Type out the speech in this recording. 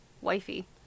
wifey